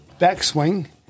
backswing